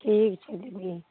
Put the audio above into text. ठीक छै दीदी